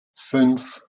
fünf